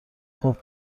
خوب